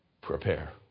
prepare